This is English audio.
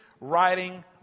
writing